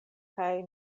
kaj